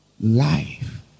Life